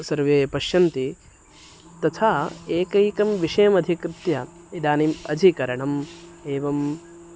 सर्वे पश्यन्ति तथा एकैकं विषयमधिकृत्य इदानीम् अधिकरणम् एवं